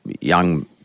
young